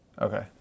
Okay